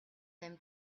them